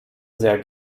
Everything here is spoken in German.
sehr